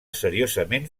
seriosament